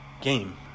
game